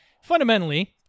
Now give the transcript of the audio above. fundamentally